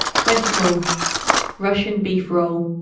twenty four russian beef roll.